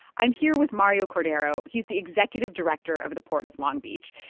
i'm here with mario cordero. he's the executive director of the port of long beach.